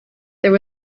there